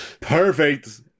Perfect